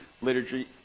liturgy